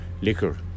liquor